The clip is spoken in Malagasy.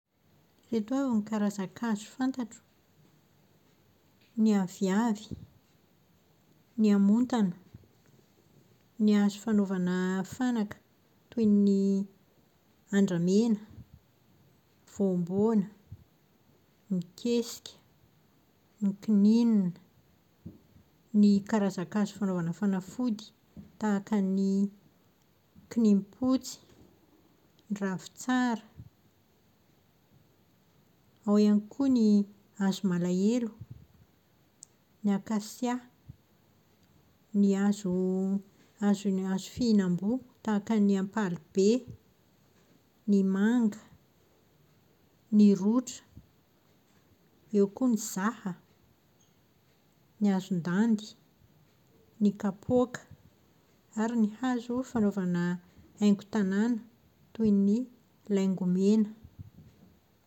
Ireto avy ny karazan-kazo fantatro. Ny aviavy, ny amontana. Ny hazo fanaovana fanaka toy ny andramena, voamboana, ny kesika, ny kininina. Ny karazan-kazo fanaovana fanafody tahaka ny kininim-potsy, ravitsara, ao ihany koa ny hazo malahzlo, ny akasia. Ny hazo hazo fihinam-boa tahaka ny ampalibe, ny manga, ny rotra, eo koa ny zaha, ny hazon-dandy, ny kapoaka ary ny hazo fanaovana haingon-tanàna toy ny laingomena.